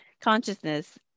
consciousness